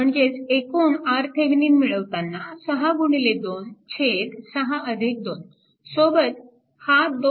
म्हणजे एकूण RThevenin मिळवताना 62 6 2 सोबत हा 2